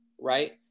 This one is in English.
right